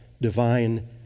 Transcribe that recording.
divine